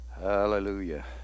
Hallelujah